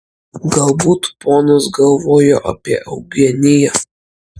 galbūt ponas galvojo apie eugeniją